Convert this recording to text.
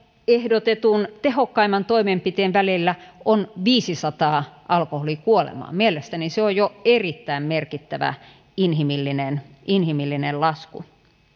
ehdotetun tehokkaimman toimenpiteen välillä on viisisataa alkoholikuolemaa mielestäni se on jo erittäin merkittävä inhimillinen inhimillinen lasku